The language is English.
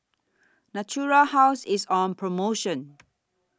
Natura House IS on promotion